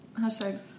hashtag